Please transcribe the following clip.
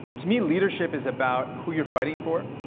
to me, leadership is about who you're fighting for,